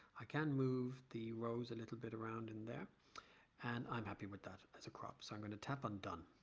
i can move the rows a little bit around in there and i'm happy with that as a crop so i'm going to tap on done.